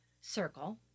circle